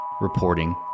reporting